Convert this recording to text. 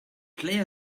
play